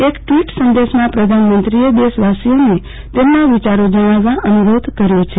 એક ટ્વીટ સંદેશામાં પ્રધાનમંત્રીએ દેશવાસીઓને તેમના વિયારો જણાવતા અનુરોધ કર્યો છે